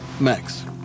Max